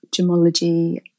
gemology